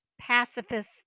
pacifist